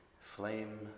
flame